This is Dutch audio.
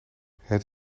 het